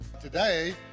Today